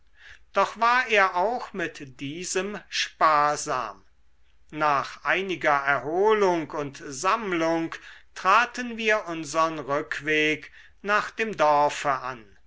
doch war er auch mit diesem sparsam nach einiger erholung und sammlung traten wir unsern rückweg nach dem dorfe an